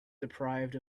deprived